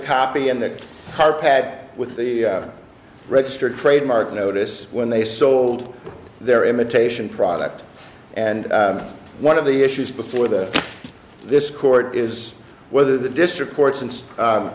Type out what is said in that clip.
copy in that hard pad with the registered trademark notice when they sold their imitation product and one of the issues before the this court is whether the district